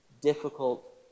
difficult